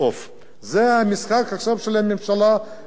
זה עכשיו המשחק של הממשלה הנוכחית,